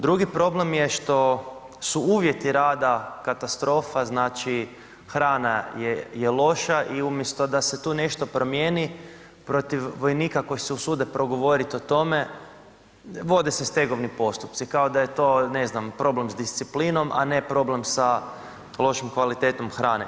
Drugi problem je što uvjeti rada katastrofa, znači hrana je loša i umjesto da se tu nešto promijeni, protiv vojnika koji se usude progovoriti o tome, vode se stegovni postupci kao da je to ne znam, problem s disciplinom a ne problem sa lošom kvalitetom hrane.